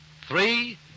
Three